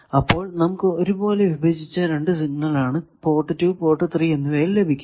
അപ്പോൾ നമുക്ക് ഒരേ പോലെ വിഭജിച്ച രണ്ടു സിഗ്നൽ ആണ് പോർട്ട് 2 3 എന്നിവയിൽ ലഭിക്കുക